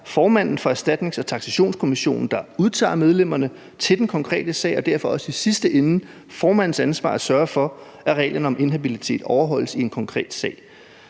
formanden for erstatnings- og taksationskommissionen, der udtager medlemmerne til den konkrete sag, og det er derfor i sidste ende også formandens ansvar at sørge for, at reglerne om inhabilitet overholdes i en konkret sag.